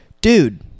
dude